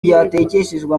byatekeshejwe